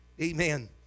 Amen